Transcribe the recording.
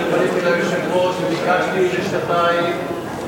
אני פניתי ליושב-ראש וביקשתי לשנתיים,